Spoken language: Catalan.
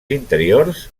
interiors